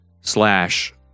slash